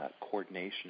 coordination